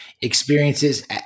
Experiences